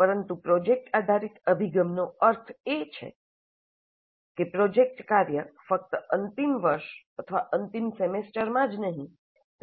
પરંતુ પ્રોજેક્ટ આધારિત અભિગમનો અર્થ એ કે પ્રોજેક્ટ કાર્ય ફક્ત અંતિમ વર્ષ અથવા અંતિમ સેમેસ્ટરમાં જ નહીં